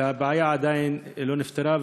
אבל הבעיה עדיין לא נפתרה.